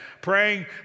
praying